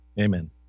Amen